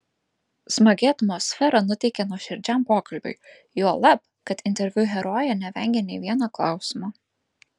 smagi atmosfera nuteikė nuoširdžiam pokalbiui juolab kad interviu herojė nevengė nė vieno klausimo